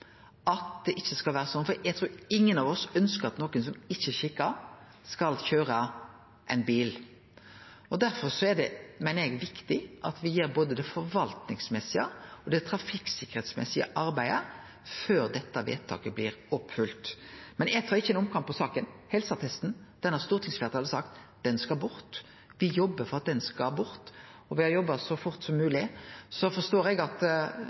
at det ikkje skal vere sånn. For eg trur ingen av oss ønskjer at nokon som ikkje er skikka til det, skal køyre bil. Derfor er det, meiner eg, viktig at me gjer både det forvaltningsmessige og det trafikksikkerheitsmessige arbeidet før dette vedtaket blir oppfylt. Men eg tar ikkje ein omkamp om saka. Stortingsfleirtalet har sagt at helseattesten skal bort. Me jobbar for at den skal bort, og me har jobba så fort som mogleg. Så forstår eg at